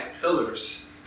pillars